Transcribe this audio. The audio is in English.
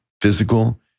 physical